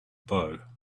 bow